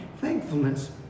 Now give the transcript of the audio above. thankfulness